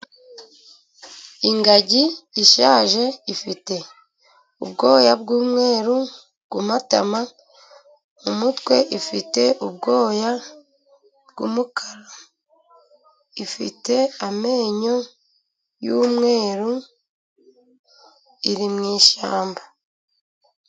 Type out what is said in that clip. Ingagi ishaje ifite ubwoya bw'umweru ku matama, mu mutwe ifite ubwoya bw'umukara, ifite amenyo y'umweru iri mu ishyamba.